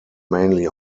mainly